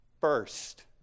first